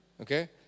okay